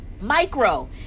micro